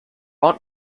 aunt